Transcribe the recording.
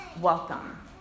welcome